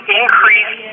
increase